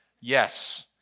Yes